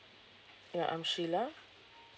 ya I'm sheila